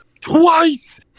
twice